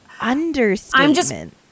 understatement